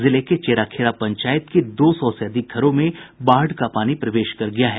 जिले के चेरा खेरा पंचायत के दो सौ से अधिक घरों में बाढ़ का पानी प्रवेश कर गया है